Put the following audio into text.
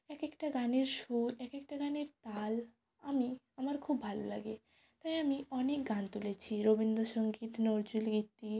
এক একটা গানের সুর এক একটা গানের তাল আমি আমার খুব ভালো লাগে তাই আমি অনেক গান তুলেছি রবীন্দ্র সংগীত নজরুলগীতি